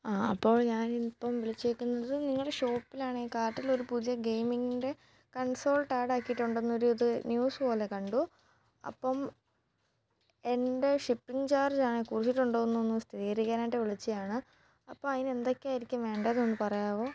ആ അപ്പോൾ ഞാൻ ഇപ്പോൾ വിച്ചിരിക്കുന്നത് നിങ്ങളുടെ ഷോപ്പിലാണെങ്കിൽ കാർട്ടിൽ ഒരു പൂതിയ ഗെയിമിങ്ങിൻ്റെ കൺസോൾട്ട് ആഡ് ആക്കിയിട്ടുണ്ടെന്ന് ഒരു ഇത് ന്യൂസ് പോലെ കണ്ടു അപ്പം എൻ്റെ ഷിപ്പിംഗ് ചാർജ് ആണെ കൊടുത്തിട്ടുണ്ടോ എന്ന് സ്ഥിരീകരിക്കാനായിട്ട് വിളിച്ചതാണ് അപ്പം അതിന് എന്തൊക്കെ ആയിരിക്കും വേണ്ടതെന്ന് ഒന്ന് പറയാമോ